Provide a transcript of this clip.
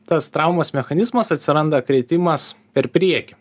tas traumos mechanizmas atsiranda kritimas per priekį